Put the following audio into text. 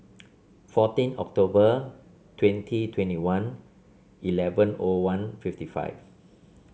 fourteen October twenty twenty one eleven O one fifty five